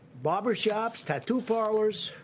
barbershops, tattoo parlors.